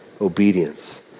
obedience